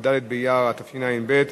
כ"ד באייר התשע"ב,